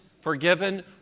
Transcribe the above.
forgiven